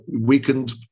weakened